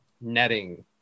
netting